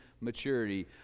Maturity